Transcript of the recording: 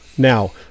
Now